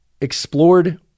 explored